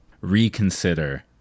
reconsider